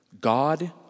God